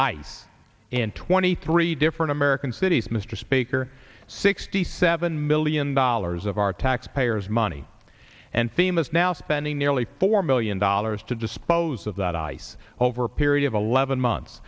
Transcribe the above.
in twenty three different american cities mr speaker sixty seven million dollars of our taxpayers money and fame is now spending nearly four million dollars to dispose of that ice over a period of eleven months